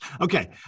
Okay